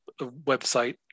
website